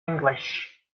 english